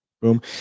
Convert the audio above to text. Boom